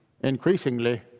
increasingly